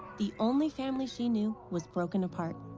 the only family she knew was broken apart.